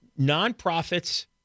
Nonprofits